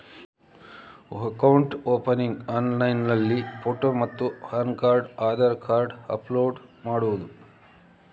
Account opening ಆನ್ಲೈನ್ನಲ್ಲಿ photo ಮತ್ತು PAN card Aadhaar card upload ಮಾಡುವುದು?